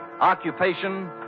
Occupation